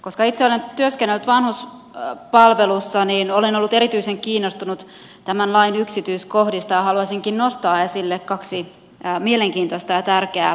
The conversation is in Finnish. koska itse olen työskennellyt vanhuspalvelussa niin olen ollut erityisen kiinnostunut tämän lain yksityiskohdista ja haluaisinkin nostaa esille kaksi mielenkiintoista ja tärkeää kohtaa